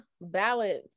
balance